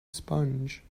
sponge